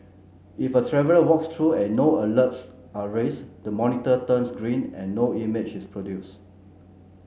if a traveller walks through and no alerts are raised the monitor turns green and no image is produced